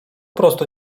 prostu